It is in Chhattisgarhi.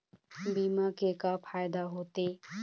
बीमा के का फायदा होते?